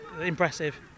impressive